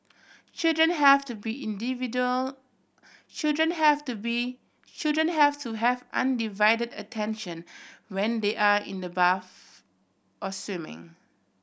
children have to be individual children have to be children have to have undivided attention when they are in the bath or swimming